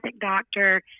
doctor